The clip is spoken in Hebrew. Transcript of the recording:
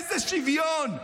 איזה שוויון?